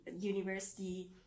university